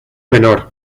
menor